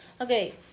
Okay